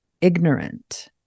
ignorant